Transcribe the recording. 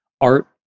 art